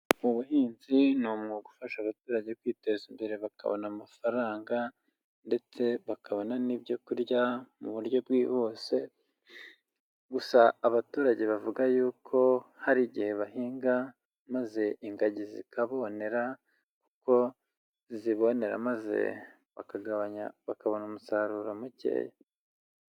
Ubuhinzi ni umwuga ufasha abaturage kwiteza imbere bakabona amafaranga ndetse bakabona n'ibyo kurya mu buryo bwihuse, gusa abaturage bavuga yuko hari igihe bahinga maze ingagi zikabonera kuko zibonera maze bakagabanya, bakabona umusaruro mukeya.